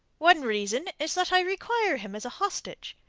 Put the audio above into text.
one reason is that i require him as a hostage.